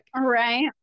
right